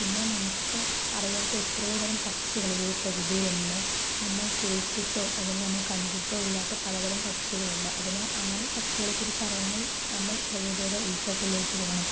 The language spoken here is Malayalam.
പിന്നെ നമുക്ക് അറിയാത്ത എത്രയോ തരം പക്ഷികൾ ഈ ഒരു പ്രകൃതിയിൽ ഉണ്ട് നമ്മൾ കേട്ടിട്ടോ അല്ലെങ്കിൽ നമ്മൾ കണ്ടിട്ടോ ഇല്ലാത്ത പലതരം പക്ഷികളുണ്ട് അതിനെ അങ്ങനെ പക്ഷികളെ കുറിച്ച് അറിയണമെങ്കിൽ നമ്മൾ പ്രകൃതിയുടെ ഉൾത്തട്ടിലേക്ക് പോകണം